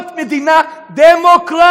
זאת מדינה דמוקרטית.